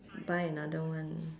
buy another one